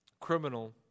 criminal